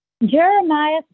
Jeremiah